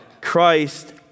Christ